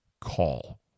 call